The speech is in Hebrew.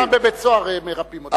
גם בן-אדם בבית-סוהר, מרפאים אותו.